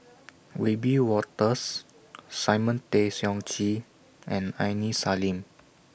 Wiebe Wolters Simon Tay Seong Chee and Aini Salim